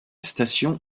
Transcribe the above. station